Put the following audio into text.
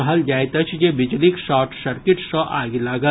कहल जाइत अछि जे बिजलीक शॉट सर्किट सॅ आगि लागल